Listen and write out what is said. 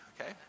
okay